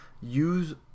use